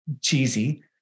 cheesy